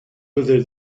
whether